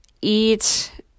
eat